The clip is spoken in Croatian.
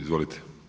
Izvolite.